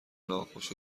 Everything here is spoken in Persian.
ناخوش